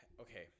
okay